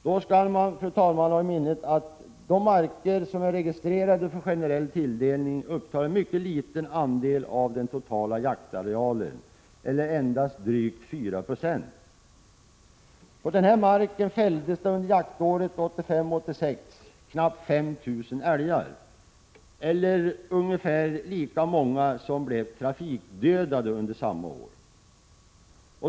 Då skall man, fru talman, ha i minnet att de marker som är registrerade för generell tilldelning upptar en mycket liten andel av den totala jaktarealen eller endast drygt 4 96. På den här marken fälldes det under jaktåret 1985/86 knappt 5 000 älgar eller ungefär lika många som blev trafikdödade under samma år.